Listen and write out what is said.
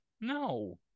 No